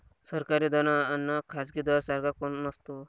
सरकारी दर अन खाजगी दर सारखा काऊन नसतो?